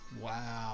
wow